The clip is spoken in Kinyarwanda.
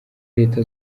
leta